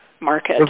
market